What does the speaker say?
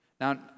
Now